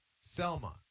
Selma